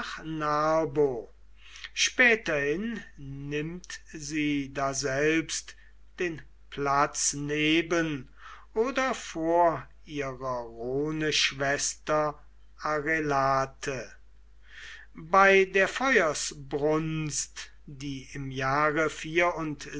narbo späterhin nimmt sie daselbst den platz neben oder vor ihrer rhoneschwester arelate bei der feuersbrunst die im jahre